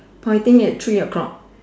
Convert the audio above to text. pointing at three o'clock